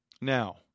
Now